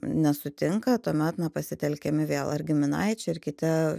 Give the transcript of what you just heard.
nesutinka tuomet na pasitelkiami vėl ar giminaičiai ar kiti